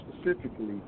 specifically